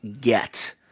get